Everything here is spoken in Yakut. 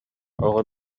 оҕо